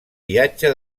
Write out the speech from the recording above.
viatge